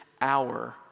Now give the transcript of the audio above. hour